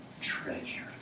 treasure